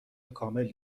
کامل